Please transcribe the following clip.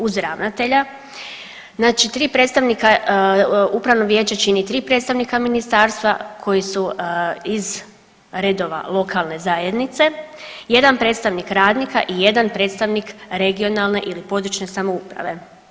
Uz ravnatelja znači tri predstavnika, upravno viječe čini tri predstavnika ministarstva koji su iz redova lokalne zajednice, jedan predstavnik radnika i jedan predstavnik regionalne ili područne samouprave.